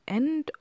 end